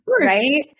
right